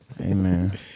Amen